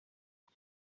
ngo